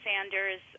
Sanders